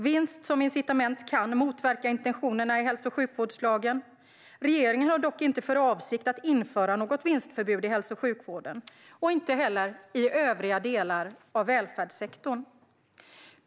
Vinst som incitament kan motverka intentionerna i hälso och sjukvårdslagen. Regeringen har dock inte för avsikt att införa något vinstförbud i hälso och sjukvården och inte heller i övriga delar av välfärdssektorn.